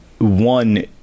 One